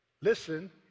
listen